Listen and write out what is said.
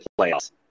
playoffs